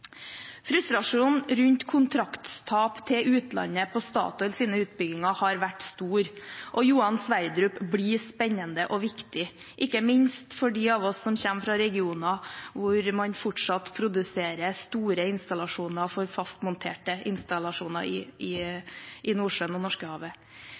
Frustrasjonen rundt kontraktstap til utlandet når det gjelder Statoils utbygginger, har vært stor, og Johan Sverdrup-feltet blir spennende og viktig, ikke minst for dem av oss som kommer fra regioner hvor man fortsatt produserer store deler til fastmonterte installasjoner i